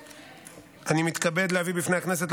אני מתכבד להביא בפני הכנסת,